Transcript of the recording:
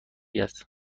است